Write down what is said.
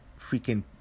freaking